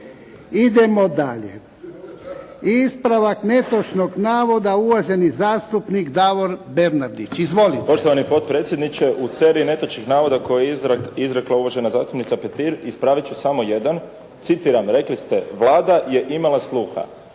Idemo dalje. Ispravak netočnog navoda uvaženi zastupnik Davor Bernardić. Izvolite.